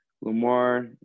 Lamar